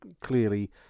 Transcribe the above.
clearly